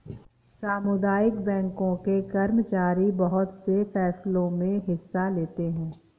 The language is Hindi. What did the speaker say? सामुदायिक बैंकों के कर्मचारी बहुत से फैंसलों मे हिस्सा लेते हैं